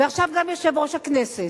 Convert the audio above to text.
ועכשיו גם יושב-ראש הכנסת.